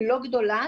לא גדולה,